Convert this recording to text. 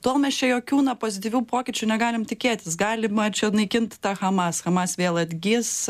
tol mes čia jokių na pozityvių pokyčių negalim tikėtis galima čia naikint hamas hamas vėl atgis